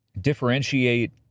differentiate